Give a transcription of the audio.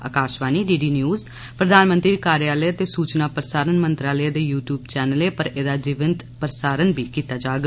Akashvani DD DD news प्रधानमंत्री कार्यालय ते सूचना प्रसारण मंत्रालय दे यू टयूब चैनलें पर एहदा जीविंत प्रसारण बी कीता जाग